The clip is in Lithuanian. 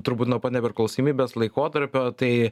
turbūt nuo pat nepriklausomybės laikotarpio tai